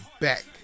back